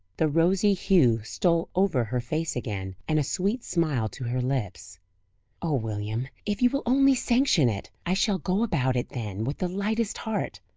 the rosy hue stole over her face again, and a sweet smile to her lips oh, william, if you will only sanction it! i shall go about it then with the lightest heart!